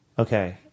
Okay